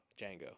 Django